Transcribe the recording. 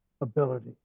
ability